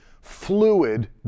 fluid